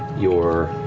your.